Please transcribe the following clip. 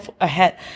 ahead